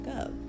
up